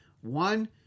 One